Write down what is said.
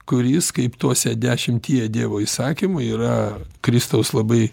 kuris kaip tuose dešimtyje dievo įsakymų yra kristaus labai